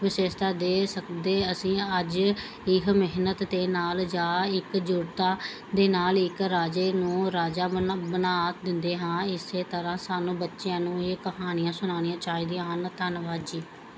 ਵਿਸ਼ੇਸਤਾ ਦੇ ਸਦਕਾ ਅਸੀਂ ਅੱਜ ਇਹ ਮਿਹਨਤ ਦੇ ਨਾਲ ਜਾਂ ਇਕਜੁਟਤਾ ਦੇ ਨਾਲ ਇੱਕ ਰਾਜੇ ਨੂੰ ਰਾਜਾ ਬਣ ਬਣਾ ਦਿੰਦੇ ਹਾਂ ਇਸੇ ਤਰ੍ਹਾਂ ਸਾਨੂੰ ਬੱਚਿਆਂ ਨੂੰ ਇਹ ਕਹਾਣੀਆਂ ਸੁਣਾਉਣੀਆਂ ਚਾਹੀਦੀਆਂ ਹਨ ਧੰਨਵਾਦ ਜੀ